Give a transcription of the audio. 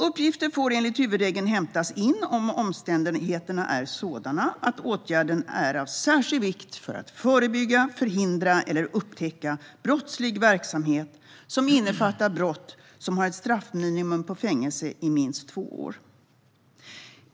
Uppgifter får enligt huvudregeln hämtas in om omständigheterna är sådana att åtgärden är av särskild vikt för att förebygga, förhindra eller upptäcka brottslig verksamhet som innefattar brott som har ett straffminimum på fängelse i minst två år.